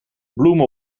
bloemen